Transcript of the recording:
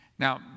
Now